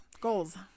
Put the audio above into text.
Goals